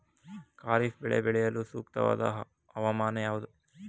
ಖಾರಿಫ್ ಬೆಳೆ ಬೆಳೆಯಲು ಸೂಕ್ತವಾದ ಹವಾಮಾನ ಯಾವುದು?